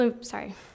sorry